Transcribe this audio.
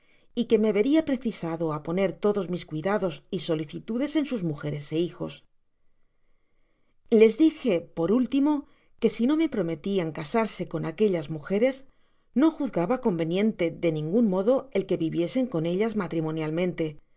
me veria precisado á poner todas mis cuidados y solicitudes en sus mujeres é hijos les dije por último que si no me prometian casarse con agneflas mujeres no juzgaba conveniente de ningun modo el que viviesen con ellas